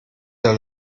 der